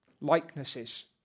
Likenesses